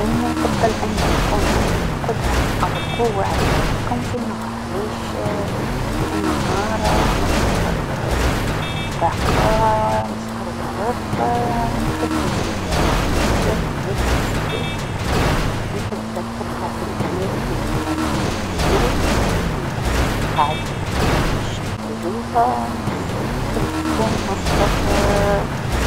أنا نفضل أنو تكون عندي القدره أو القوه على التحكم في النار علاش لأنو النار مصدر دقا مصدر ضرر، نحب نسيرها في إتجاه الأماكن الصحيحه، نحب نحطها في الأماكن لنحتاجوها نحب نبعدها عن الأماكن لمش نحتاجوها، نحب تكون مصدر